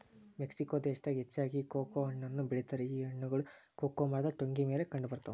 Mexico ದೇಶದಾಗ ಹೆಚ್ಚಾಗಿ cocoa ಹಣ್ಣನ್ನು ಬೆಳಿತಾರ ಈ ಹಣ್ಣುಗಳು ಕೊಕೊ ಮರದ ಟೊಂಗಿ ಮೇಲೆ ಕಂಡಬರ್ತಾವ